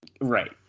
Right